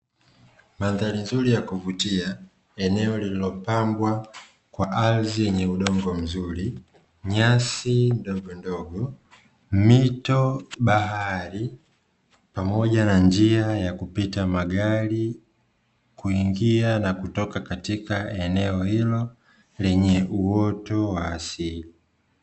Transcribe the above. Mandhari nzuri ya kuvutia yenye ardhi yenye udongo mzuri, nyasi ndogo ndogo, mito, bahari pamoja na njia ya kupita magari, kuingia na kutoka katika eneo hilo lenye uwoto wa asili.